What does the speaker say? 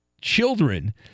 children